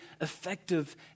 effective